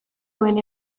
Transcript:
nuen